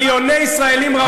מיליוני ישראלים ראו את זה.